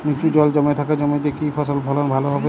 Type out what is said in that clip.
নিচু জল জমে থাকা জমিতে কি ফসল ফলন ভালো হবে?